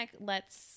lets